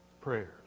prayers